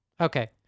Okay